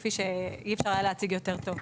כפי שאי אפשר היה להציג יותר טוב,